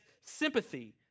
sympathy